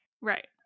right